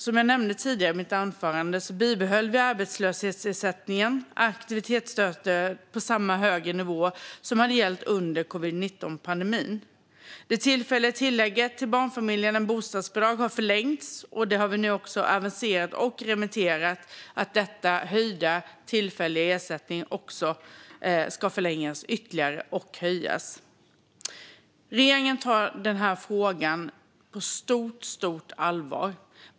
Som jag nämnde i mitt tidigare anförande bibehöll vi arbetslöshetsersättningen och aktivitetsstödet på samma höga nivå som gällde under covid-19-pandemin. Det tillfälliga tillägget till barnfamiljer med bostadsbidrag har förlängts, och nu har vi aviserat att den höjda tillfälliga ersättningen ska förlängas ytterligare samt höjas. Dessutom har vi remitterat förslaget. Regeringen tar frågan på stort allvar.